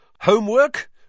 Homework